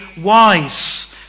wise